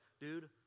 dude